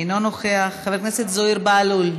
אינו נוכח, חבר הכנסת זוהיר בהלול,